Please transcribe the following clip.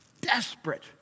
Desperate